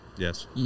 Yes